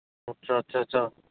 ਅੱਛਾ ਅੱਛਾ ਅੱਛਾ